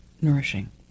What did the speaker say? nourishing